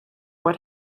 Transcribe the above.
what